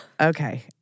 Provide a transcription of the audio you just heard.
Okay